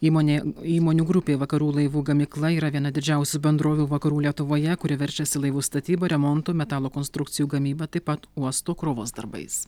įmonė įmonių grupė vakarų laivų gamykla yra viena didžiausių bendrovių vakarų lietuvoje kuri verčiasi laivų statyba remontu metalo konstrukcijų gamyba taip pat uosto krovos darbais